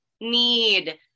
need